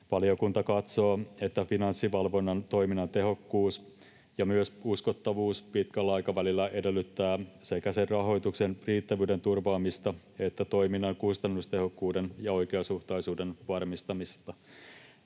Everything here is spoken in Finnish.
Valiokunta katsoo, että Finanssivalvonnan toiminnan tehokkuus ja myös uskottavuus pitkällä aikavälillä edellyttävät sekä sen rahoituksen riittävyyden turvaamista että toiminnan kustannustehokkuuden ja oikeasuhtaisuuden varmistamista.